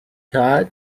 tard